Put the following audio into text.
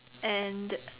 and